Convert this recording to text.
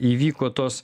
įvyko tos